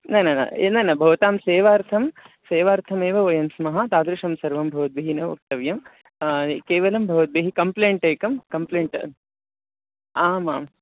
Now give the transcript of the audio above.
न न न ये न न भवतां सेवार्थं सेवार्थमेव वयं स्मः तादृशं सर्वं भवद्भिः न वक्तव्यं केवलं भवद्भिः कम्प्लेण्ट् एकं कम्प्लेण्ट् आमां